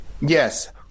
Yes